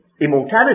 immortality